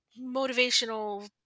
motivational